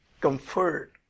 comfort